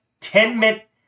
10-minute